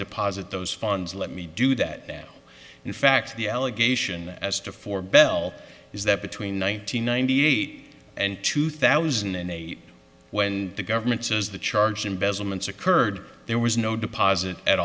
deposit those funds let me do that in fact the allegation as to for bell is that between one nine hundred ninety eight and two thousand and eight when the government says the charge embezzle mintz occurred there was no deposit at